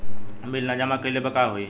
Bill न जमा कइले पर का होई?